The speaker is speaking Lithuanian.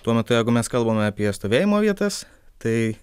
tuo metu jeigu mes kalbame apie stovėjimo vietas tai